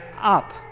up